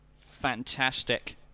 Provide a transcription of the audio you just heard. Fantastic